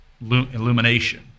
illumination